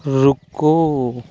रुको